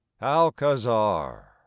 Alcazar